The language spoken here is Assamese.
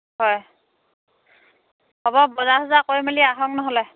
হয় হ'ব বজাৰ চজাৰ কৰি মেলি আহক নহ'লে